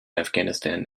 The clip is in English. afghanistan